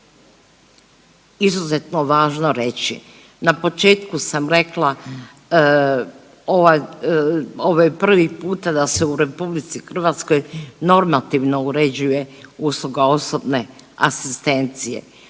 izuzetno važno reći, na početku sam rekla ova, ovo je prvi puta da se u RH normativno uređuje usluga osobne asistencije,